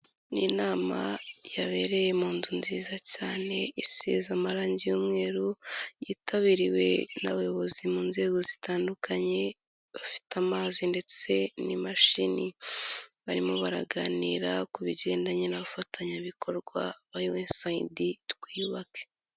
Ni inama yabereye mu nzu nziza cyane isize amarangi y'umweru, yitabiriwe n'abayobozi mu nzego zitandukanye, bafite amazi ndetse n'imashini. Barimo baraganira ku bigendanye n'abafatanyabikorwa ba USAID, twiyubake.